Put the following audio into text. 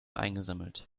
eingesammelt